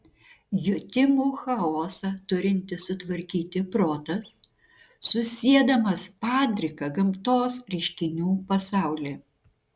jutimų chaosą turintis sutvarkyti protas susiedamas padriką gamtos reiškinių pasaulį